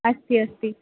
अस्ति अस्ति